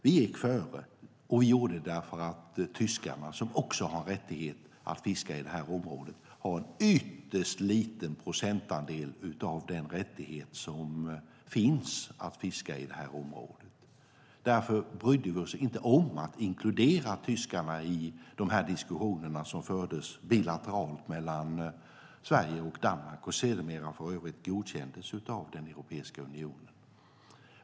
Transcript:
Vi gick före, och vi gjorde det för att tyskarna, som också har rättighet att fiska i det här området, har en ytterst liten procentandel av den rättighet som finns när det gäller att fiska i det här området. Därför brydde vi oss inte om att inkludera tyskarna i de diskussioner som fördes bilateralt mellan Sverige och Danmark och som sedermera, för övrigt, godkändes av Europeiska unionen.